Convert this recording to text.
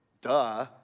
duh